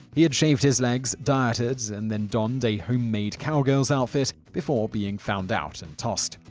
he had shaved his legs, dieted, and then donned a homemade cowgirls outfit before being found out and tossed.